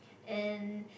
and